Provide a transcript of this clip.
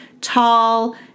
tall